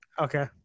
okay